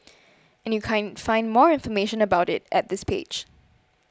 and you can find more information about it at this page